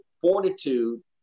fortitude